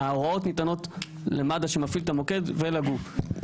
ההוראות ניתנות למד"א שמפעיל את המוקד ולגוף.